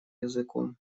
языком